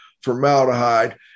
formaldehyde